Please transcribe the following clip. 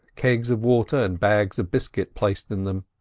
kegs of water and bags of biscuit placed in them.